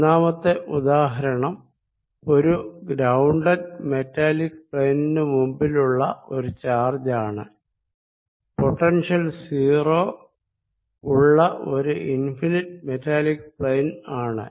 ഒന്നാമത്തെ ഉദാഹരണം ഒരു ഗ്രൌൻഡഡ് മെറ്റാലിക് പ്ലെയിന് മുൻപിലുള്ള ഒരു ചാർജ് ആണ് പൊട്ടൻഷ്യൽ 0 ഉള്ള ഒരു ഇൻഫിനിറ്റ് മെറ്റാലിക് പ്ലെയ്ൻ ആണ്